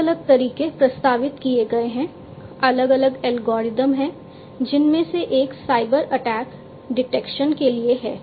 अलग अलग तरीके प्रस्तावित किए गए हैं अलग अलग एल्गोरिदम हैं जिनमें से एक साइबर अटैक डिटेक्शन के लिए है